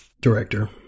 director